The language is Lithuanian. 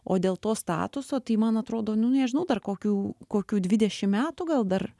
o dėl to statuso tai man atrodo nu nežinau dar kokių kokių dvidešimt metų gal dar